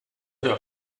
here